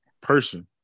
person